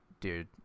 dude